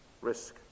risk